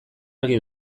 argi